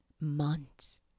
months